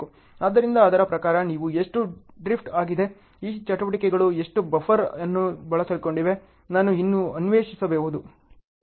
ಆದ್ದರಿಂದ ಅದರ ಪ್ರಕಾರ ನೀವು ಎಷ್ಟು ಡ್ರಿಫ್ಟ್ ಆಗಿದೆ ಈ ಚಟುವಟಿಕೆಗಳು ಎಷ್ಟು ಬಫರ್ ಅನ್ನು ಬಳಸಿಕೊಂಡಿವೆ ನಾವು ಇನ್ನೂ ಅನ್ವೇಷಿಸಬಹುದು